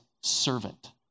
servant